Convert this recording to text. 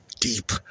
deep